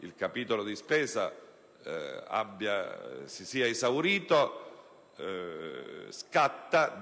il capitolo di spesa si sia esaurito, scatta,